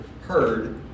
heard